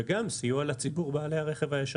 וגם סיוע לציבור בעלי הרכב הישן.